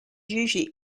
usually